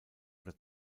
oder